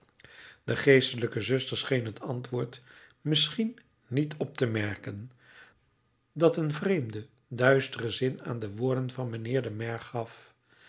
de geestelijke zuster scheen het woord misschien niet op te merken dat een vreemden duisteren zin aan de woorden van mijnheer den maire gaf